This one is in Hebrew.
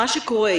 מה שקורה,